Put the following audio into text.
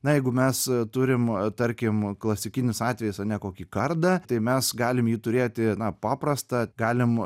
na jeigu mes turim tarkim klasikinis atvejis ane kokį kardą tai mes galime jį turėti na paprastą galim